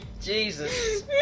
Jesus